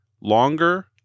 longer